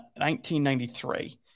1993